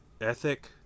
ethic